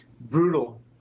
brutal